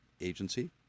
Agency